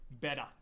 better